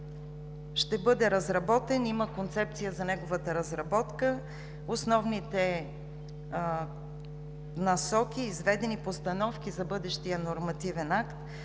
ще бъде разработен, има концепция за неговата разработка. Основните насоки, изведени постановки за бъдещия нормативен акт,